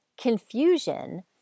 confusion